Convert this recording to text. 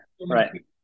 Right